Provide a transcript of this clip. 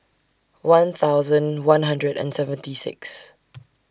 one thousand one hundred and seventy six